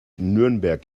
nürnberg